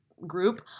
group